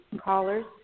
callers